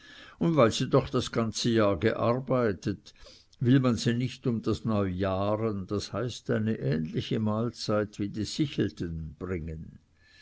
und weil sie doch das ganze jahr gearbeitet will man sie nicht um das neujahren das heißt eine ähnliche mahlzeit wie die sichelten bringen